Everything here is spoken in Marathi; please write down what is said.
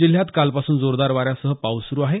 जिल्ह्यात कालपासून जोरदार वाऱ्यासह पाऊस सुरू आहे